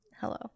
Hello